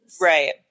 Right